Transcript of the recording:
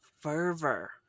fervor